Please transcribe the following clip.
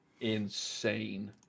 insane